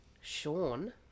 Sean